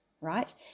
Right